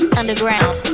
underground